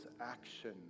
action